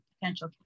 potential